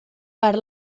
per